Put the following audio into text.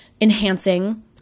enhancing